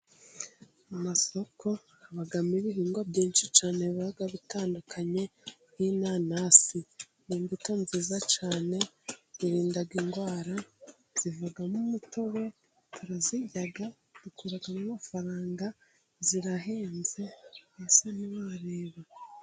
Mu masoko habamo ibihingwa byinshi cyane biba bitandukanye, nk'inanasi ni ibuto nziza cyane iririnda indwara, zivamo umutobe, turazirya, dukuramo amafaranga. Zirahenze mbese ntiwareba.